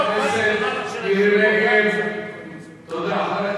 חברת הכנסת מירי רגב, תודה.